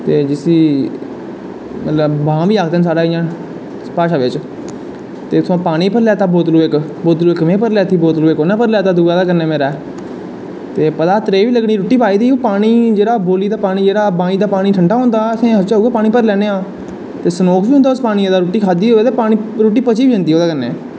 ते जिसी बां बी आखदे न साढ़ै इयां साढ़ी भाशा बिच्च ते उत्थूं दा पानी भरी लैत्ता बोतलू इक बोतल इक में भरी लैत्ती बोत्तलू इक उन्नै भरी लैत्ता कन्नै हा जो मेरै ते पता हा त्रेह् बी लग्गनी पानी जेह्का बौली दा बाईं दा पानी ठंडा होंदा असैं सोचेआ भरी लैन्ने आं ते सनोख बी होंदा उस पानी दा रुट्टी खाद्धी दी होऐ ते सनोन बी होंदा उस पानी दा ते रुट्टी पची बी जंदी